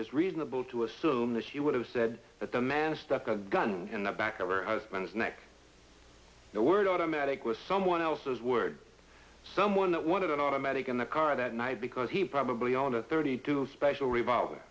it's reasonable to assume that she would have said that the man stuck a gun in the back of her husband's neck the word automatic was someone else's word someone that wanted an automatic in the car that night because he probably on a thirty two special revolving